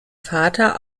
vater